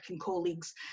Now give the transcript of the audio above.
colleagues